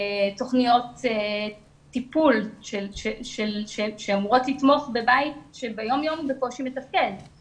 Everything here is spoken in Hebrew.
תכניות טיפול שאמורות לתמוך בבית שביום יום הוא בקושי מתפקד אבל